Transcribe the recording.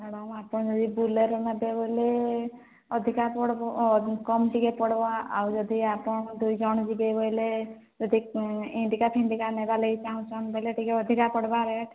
madam ଆପଣ ଯଦି ବୁଲେର ନେବେ ବୋଇଲେ ଅଧିକା ପଡ଼ିବ କମ୍ ଟିକେ ପଡ଼୍ବା ଆଉ ଯଦି ଆପଣ ଦୁଇ ଜଣ ଯିବେ ବୋଇଲେ ଯଦି ଇଣ୍ଡିକା ଫିଣ୍ଡିକା ନେବା ଲାଗି ଚାହୁଁଛନ୍ ବୋଇଲେ ଟିକେ ଅଧିକା ପଡ଼୍ବା ରେଟ୍